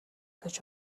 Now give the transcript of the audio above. гэж